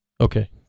Okay